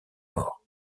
mort